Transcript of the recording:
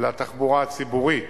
לתחבורה הציבורית.